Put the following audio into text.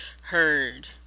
heard